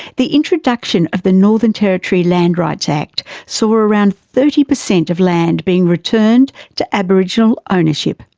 the introduction of the northern territory land rights act saw around thirty percent of land being returned to aboriginal ownership.